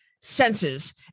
senses